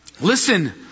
Listen